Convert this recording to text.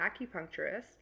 acupuncturist